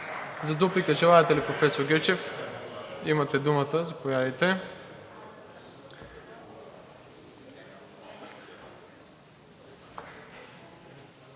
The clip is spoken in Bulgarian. За дуплика желаете ли, професор Гечев? Имате думата, заповядайте.